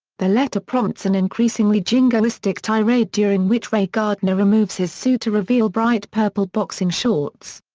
the letter prompts an increasingly jingoistic tirade during which ray gardner removes his suit to reveal bright purple boxing shorts.